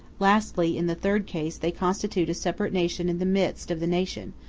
lastly, in the third case, they constitute a separate nation in the midst of the nation,